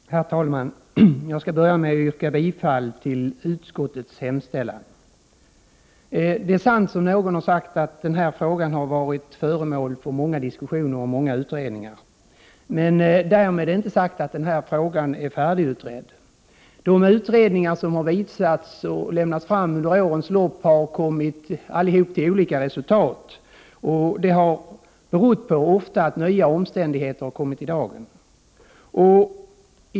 Herr talman! Jag skall börja med att yrka bifall till utskottets hemställan. Det är sant som någon har sagt att denna fråga har varit föremål för många diskussioner och utredningar. Men därmed är det inte sagt att frågan är färdigutredd. De utredningar som har visats och lagts fram under årens lopp har alla kommit till olika resultat, och det har ofta berott på att nya omständigheter har kommit i dagen.